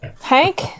hank